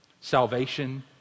Salvation